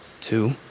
Two